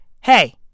Hey